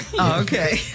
Okay